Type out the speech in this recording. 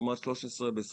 לעומת 13 ב-2022.